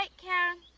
like karen?